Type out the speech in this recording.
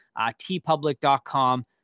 tpublic.com